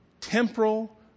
temporal